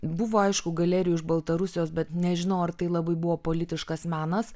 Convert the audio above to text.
buvo aišku galerijų iš baltarusijos bet nežinau ar tai labai buvo politiškas menas